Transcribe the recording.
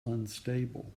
unstable